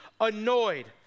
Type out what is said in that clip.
annoyed